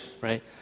right